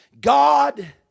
God